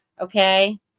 Okay